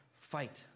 fight